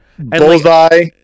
Bullseye